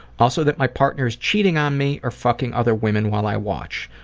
also that my partner is cheating on me or fucking other women while i watch.